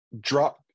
drop